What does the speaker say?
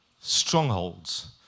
strongholds